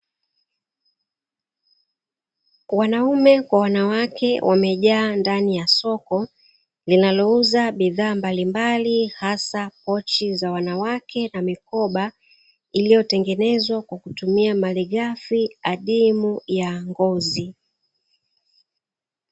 Wanaume kwa wanawake wamejaa ndani ya soko linalouza bidhaa mbalimbali hasa pochi za wanawake na mikoba, iliyotengenezwa kwa kutumia malighafi adimu ya ngozi.